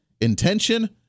intention